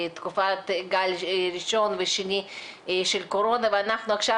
תקופת הגל הראשון והשני של הקורונה ואנחנו עכשיו